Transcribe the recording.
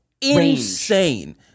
insane